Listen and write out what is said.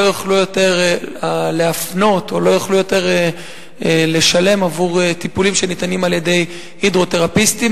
יוכלו יותר להפנות או לשלם בעבור טיפולים שניתנים על-ידי הידרותרפיסטים,